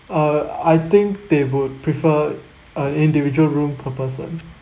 uh I think they would prefer a individual room per person